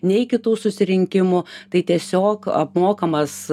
nei kitų susirinkimų tai tiesiog apmokamas